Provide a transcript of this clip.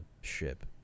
ship